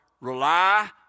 rely